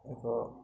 ଏକ